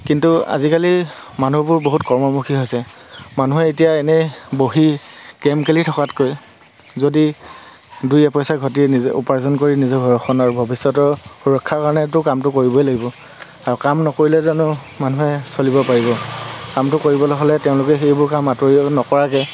কিন্তু আজিকালি মানুহবোৰ বহুত কৰ্মমুখী হৈছে মানুহে এতিয়া এনেই বহি কেৰম খেলি থকাতকৈ যদি দুই এপইচা ঘটি নিজে উপাৰ্জন কৰি নিজৰ ঘৰখন আৰু ভৱিষ্যতৰ সুৰক্ষাৰ কাৰণেতো কামটো কৰিবই লাগিব আৰু কাম নকৰিলে জানো মানুহে চলিব পাৰিব কামটো কৰিবলৈ হ'লে তেওঁলোকে সেইবোৰ কাম আঁতৰি নকৰাকৈ